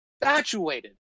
infatuated